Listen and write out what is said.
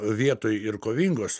vietoj ir kovingos